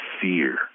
fear